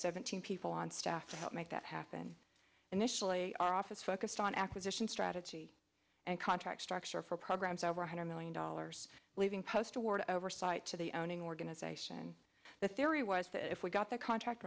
seventeen people on staff to help make that happen initially our office focused on acquisition strategy and contract structure for programs over one hundred million dollars leaving post award oversight to the owning organization the theory was that if we got the contract